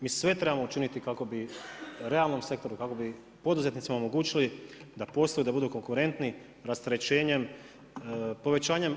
Mi sve moramo učiniti kakao bi realno sektoru, kako bi poduzetnicima omogućili da posluju, da budu konkurentni, rasterećenjem povećanjem.